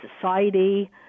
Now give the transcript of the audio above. society